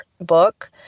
book